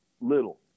little